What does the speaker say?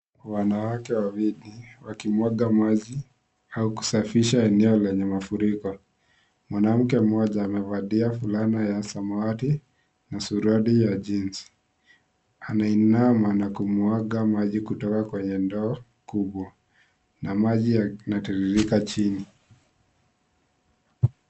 Wanawake wawili wakimwaga maji au kusafisha eneo lenye mafuriko. Mwanamke mmoja amevalia fulana ya samawati na suruali ya jeans anainama na kumwaga maji kwenye ndoo kubwa na maji inatiririka chini.